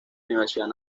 universidad